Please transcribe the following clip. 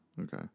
Okay